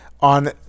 on